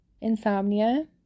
insomnia